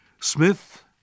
Smith